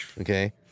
Okay